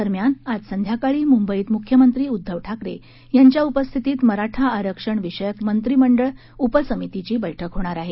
दरम्यान आज संध्याकाळी मुंबईत मुख्यमंत्री उद्धव ठाकरे यांच्या उपस्थितीत मराठा आरक्षण विषयक मंत्रिमंडळ उपसमितीची बैठक होणार आहे